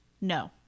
No